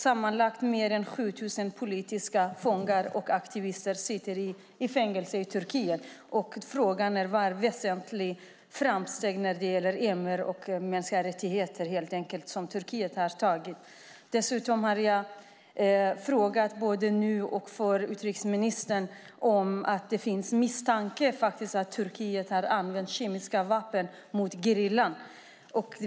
Sammanlagt 7 000 politiska aktivister sitter i fängelse i Turkiet. Frågan är vilka väsentliga framsteg när det gäller mänskliga rättigheter som Turkiet har gjort. Dessutom har jag frågat utrikesministern både nu och innan om att det finns misstanke att Turkiet har använt kemiska vapen mot gerillan.